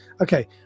Okay